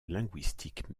linguistique